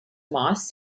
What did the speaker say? moss